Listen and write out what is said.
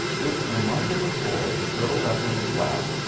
with a mite of a boy curled up in his lap,